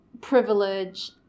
privilege